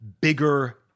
bigger